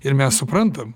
ir mes suprantam